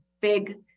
big